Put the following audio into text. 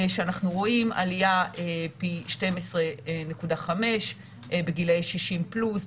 שאנחנו רואים עלייה של פי 12.5 בגילי 60 פלוס,